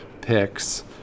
picks